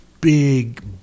Big